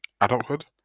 adulthood